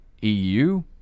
EU